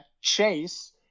chase